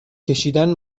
کشیدن